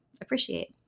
appreciate